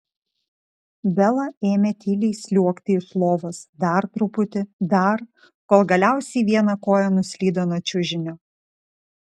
bela ėmė tyliai sliuogti iš lovos dar truputį dar kol galiausiai viena koja nuslydo nuo čiužinio